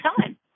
time